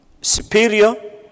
superior